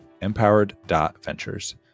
empowered.ventures